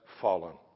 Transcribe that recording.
fallen